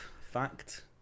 Fact